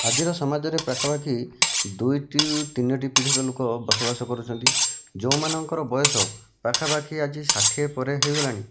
ଆଜିର ସମାଜରେ ପାଖାପାଖି ଦୁଇଟି ତିନୋଟି ପିଢ଼ୀର ଲୋକ ବସବାସ କରୁଛନ୍ତି ଯେଉଁମାନଙ୍କର ବୟସ ପାଖାପାଖି ଆଜି ଷାଠିଏ ପରେ ହୋଇଗଲାଣି